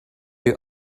your